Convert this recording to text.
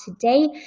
today